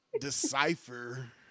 decipher